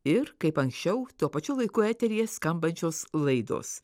ir kaip anksčiau tuo pačiu laiku eteryje skambančios laidos